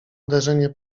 uderzenie